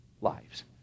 lives